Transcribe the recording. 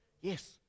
yes